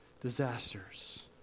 disasters